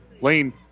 Lane